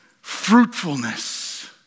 Fruitfulness